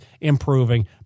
improving